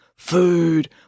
Food